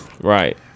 Right